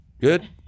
Good